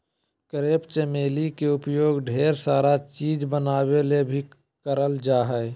crepe चमेली के उपयोग ढेर सारा चीज़ बनावे ले भी करल जा हय